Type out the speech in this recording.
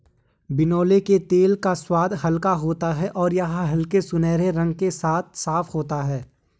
बिनौले के तेल का स्वाद हल्का होता है और यह हल्के सुनहरे रंग के साथ साफ होता है